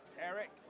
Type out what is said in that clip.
Eric